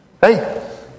hey